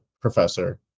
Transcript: professor